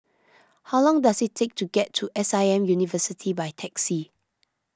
how long does it take to get to S I M University by taxi